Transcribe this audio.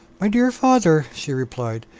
my dear father, she replied,